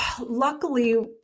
luckily